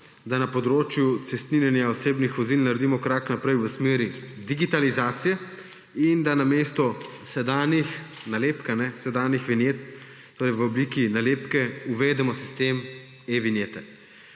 da na področju cestninjenja osebnih vozil naredimo korak naprej v smeri digitalizacije in da namesto sedanjih nalepk, sedanjih vinjet v obliki nalepke, uvedemo sistem e-vinjete.